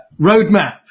Roadmap